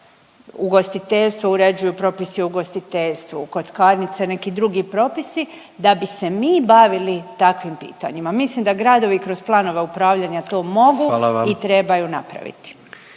ugostiteljstvo uređuju propisi u ugostiteljstvu, kockarnice neki drugi propisi da bi se mi bavili takvim pitanjima. Mislim da gradovi kroz planove upravljanja to mogu …/Upadica